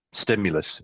stimulus